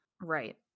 Right